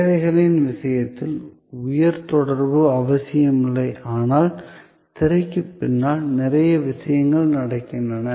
சேவைகளின் விஷயத்தில் உயர் தொடர்பு அவசியமில்லை ஆனால் திரைக்குப் பின்னால் நிறைய விஷயங்கள் நடக்கின்றன